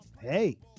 hey